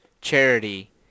charity